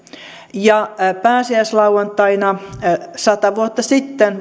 ja pääsiäislauantaina sata vuotta sitten